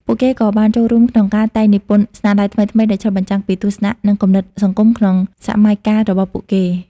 ពួកគេក៏បានចូលរួមក្នុងការតែងនិពន្ធស្នាដៃថ្មីៗ ដែលឆ្លុះបញ្ចាំងពីទស្សនៈ និងគំនិតសង្គមក្នុងសម័យកាលរបស់ពួកគេ។